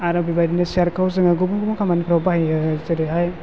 आरो बे बायदिनो बे सियारखौ जोङो गुबुन गुबुन खामानिफोराव बाहायो जेरैहाय